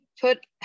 put